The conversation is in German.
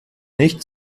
nicht